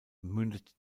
mündet